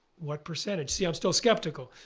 what percentage? see i'm still skeptical.